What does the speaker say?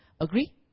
Agree